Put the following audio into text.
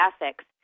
ethics